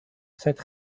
cette